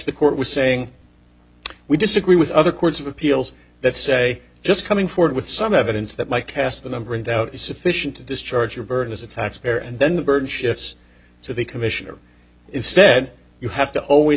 the court was saying we disagree with other courts of appeals that say just coming forward with some evidence that might cast a number in doubt is sufficient to discharge your burden as a taxpayer and then the burden shifts to the commissioner is stead you have to always